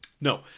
no